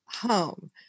home